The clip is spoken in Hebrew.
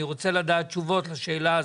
אני רוצה לדעת תשובות לשאלה הזאת,